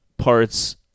parts